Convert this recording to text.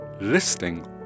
listing